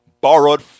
borrowed